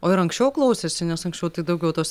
o ir anksčiau klausėsi nes anksčiau tai daugiau tos